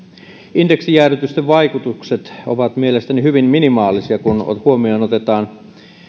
indeksijäädytysten vaikutukset ovat mielestäni hyvin minimaalisia kun otetaan huomioon